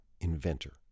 inventor